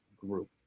group